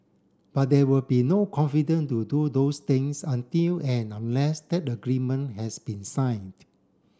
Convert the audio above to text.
but there will be no confident to do those things until and unless that agreement has been signed